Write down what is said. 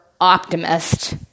optimist